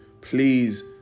please